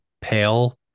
pale